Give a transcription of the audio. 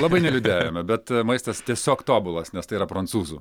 labai neliūdėjome bet maistas tiesiog tobulas nes tai yra prancūzų